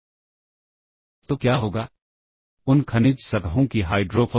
इसलिए पहले कॉल निर्देश से पहले यदि यह मेरा प्रोग्राम है तो मैं किसी पते पर कॉल कर रहा हूं